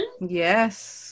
Yes